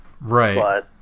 Right